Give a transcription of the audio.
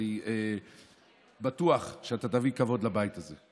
ואני בטוח שאתה תביא כבוד לבית הזה.